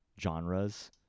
genres